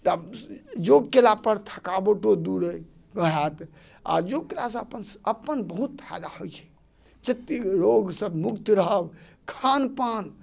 तऽ योग केलापर थकावटो दूर अइ हैत आओर योग केलासँ अपन अपन बहुत फाइदा होइ छै जतेक रोगसँ मुक्त रहब खानपान